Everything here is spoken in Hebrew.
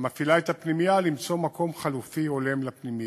המפעילה את הפנימייה למצוא מקום חלופי הולם לפנימייה.